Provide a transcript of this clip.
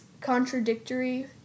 contradictory